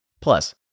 Plus